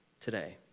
today